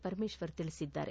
ಪರಮೇಶ್ವರ್ ತಿಳಿಸಿದ್ದಾರೆ